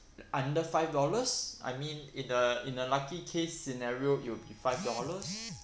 under five dollars I mean in a in a lucky case scenario it will be five dollars